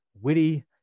Witty